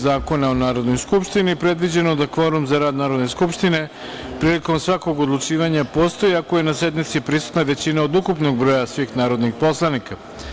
Zakona o Narodnoj skupštini predviđeno da kvorum za rad Narodne skupštine prilikom svakog odlučivanja postoji ako je na sednici prisutna većina od ukupnog broja svih narodnih poslanika.